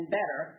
better